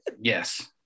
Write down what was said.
Yes